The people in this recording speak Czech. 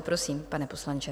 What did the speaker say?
Prosím, pane poslanče.